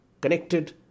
connected